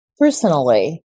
personally